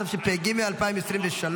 התשפ"ג 2023,